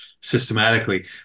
systematically